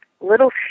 little